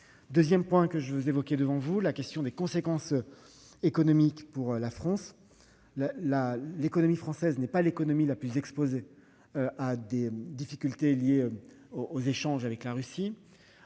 Ukraine, ce que nous faisons. J'en viens à la question des conséquences économiques pour la France. L'économie française n'est pas l'économie la plus exposée aux difficultés liées aux échanges avec la Russie.